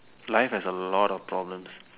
life has a lot of problems